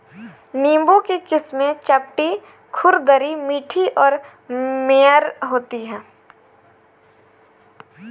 नींबू की किस्में चपटी, खुरदरी, मीठी और मेयर होती हैं